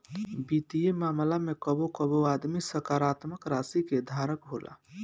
वित्तीय मामला में कबो कबो आदमी सकारात्मक राशि के धारक होला